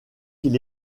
qu’il